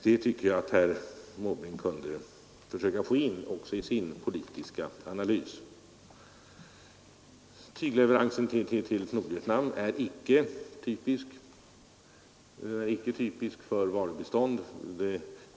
Det tycker jag att herr Måbrink också kunde försöka få in i sin politiska analys. Tygleveransen till Nordvietnam är inte typisk för varubiståndet.